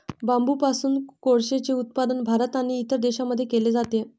बांबूपासून कोळसेचे उत्पादन भारत आणि इतर देशांमध्ये केले जाते